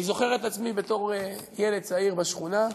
אני זוכר את עצמי בתור ילד צעיר בשכונה,